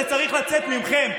וזה צריך לצאת מכם,